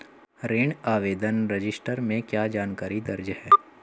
ऋण आवेदन रजिस्टर में क्या जानकारी दर्ज है?